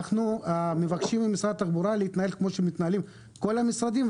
אנחנו מבקשים ממשרד התחבורה להתנהל כמו שמתנהלים כל המשרדים,